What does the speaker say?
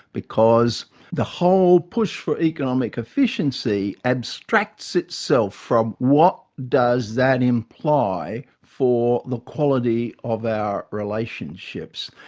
because the whole push for economic efficiency abstracts itself from, what does that imply for the quality of our relationships?